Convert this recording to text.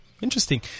Interesting